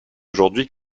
aujourd’hui